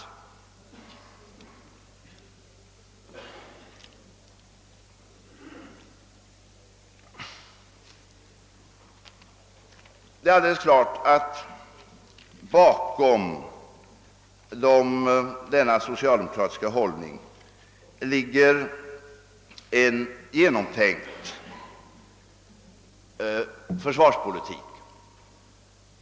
Det är alldeles klart att bakom denna socialdemokratiska hållning ligger en genomtänkt försvarspolitik.